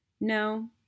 No